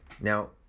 Now